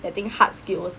I think hard skills